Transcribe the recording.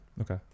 Okay